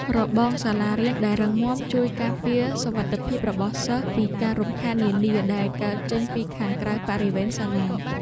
របងសាលារៀនដែលរឹងមាំជួយការពារសុវត្ថិភាពរបស់សិស្សពីការរំខាននានាដែលកើតចេញពីខាងក្រៅបរិវេណសាលា។